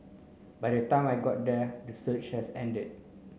by the time I got there the surge has ended